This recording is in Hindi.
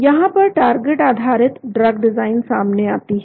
यहां पर टारगेट आधारित ड्रग डिजाइन सामने आती है